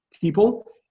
people